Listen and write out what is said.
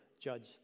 judge